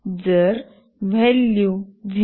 जर व्हॅलू 0